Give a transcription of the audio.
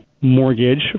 mortgage